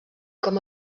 com